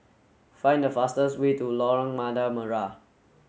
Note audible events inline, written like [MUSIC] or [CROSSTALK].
find the fastest way to Lorong [UNINTELLIGIBLE] Merah